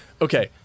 okay